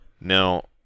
Now